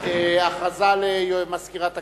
הודעה למזכירת הכנסת,